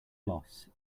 loss